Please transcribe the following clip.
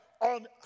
on